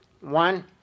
one